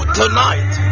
tonight